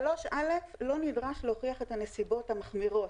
סעיף 3(א) לא נדרש להוכיח את הנסיבות המחמירות.